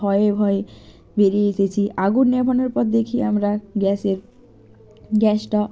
ভয়ে ভয়ে বেরিয়ে এসেছি আগুন নেভানোর পর দেখি আমরা গ্যাস এর গ্যাসটা